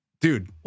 Dude